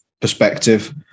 perspective